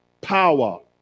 power